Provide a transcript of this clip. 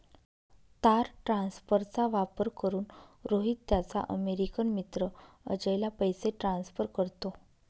तार ट्रान्सफरचा वापर करून, रोहित त्याचा अमेरिकन मित्र अजयला पैसे ट्रान्सफर करतो